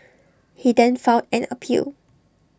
he then filed an appeal